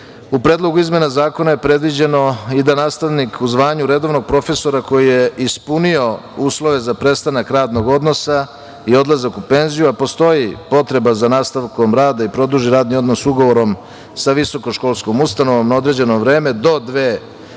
U predlogu izmena zakona je predviđeno i da nastavnik u zvanju redovnog profesora koji je ispunio uslove za prestanak radnog odnosa i odlazak u penziju, a postoji potreba za nastavkom rada i produži radni odnos ugovorom sa visokoškolskom ustanovom na određeno vreme do dve godine,